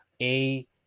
A-